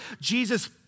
Jesus